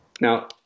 Now